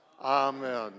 Amen